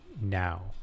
now